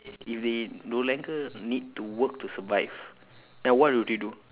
if they no longer need to work to survive then what would you do